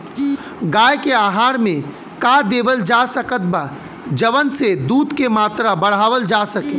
गाय के आहार मे का देवल जा सकत बा जवन से दूध के मात्रा बढ़ावल जा सके?